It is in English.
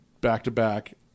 back-to-back